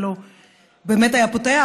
לו באמת היה פותח,